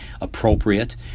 appropriate